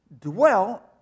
Dwell